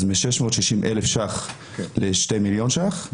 מ-660,000 ש"ח לשני מיליון ש"ח.